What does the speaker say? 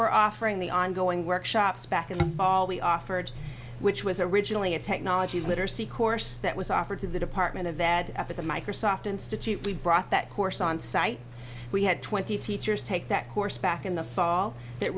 we're offering the ongoing workshops back in the fall we offered which was originally a technology literacy course that was offered to the department of add at the microsoft institute we brought that course on site we had twenty teachers take that course back in the fall that